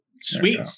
Sweet